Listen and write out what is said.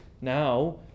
Now